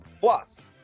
Plus